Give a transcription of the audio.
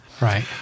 Right